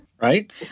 Right